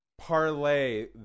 parlay